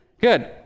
Good